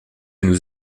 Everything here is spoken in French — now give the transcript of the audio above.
nous